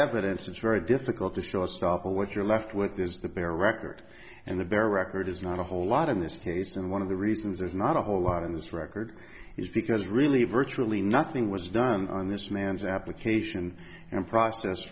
evidence it's very difficult to show stopper what you're left with is the bare record and the bare record is not a whole lot in this case and one of the reasons there's not a whole lot in this record is because really virtually nothing was done on this man's application and process